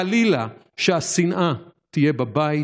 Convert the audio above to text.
חלילה שהשנאה תהיה בבית.